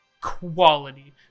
quality